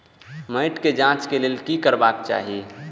मैट के जांच के लेल कि करबाक चाही?